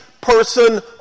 person